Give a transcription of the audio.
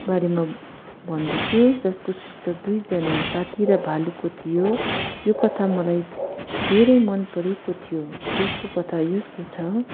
बारेमा भन्दछु जसको शीर्षक दुईजना साथी र भालुको थियो यो कथा मलाई धेरै मनपरेको थियो जसको कथा यस्तो छ